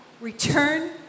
return